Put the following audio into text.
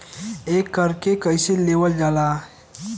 एकरके कईसे लेवल जाला?